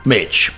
Mitch